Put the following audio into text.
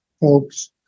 folks